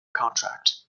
contract